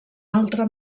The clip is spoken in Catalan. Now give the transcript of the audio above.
altre